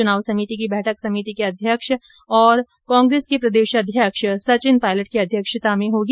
चुनाव समिति की बैठक समिति के अध्यक्ष और कांग्रेस के प्रदेशाध्यक्ष सचिन पायलट की अध्यक्षता में होगी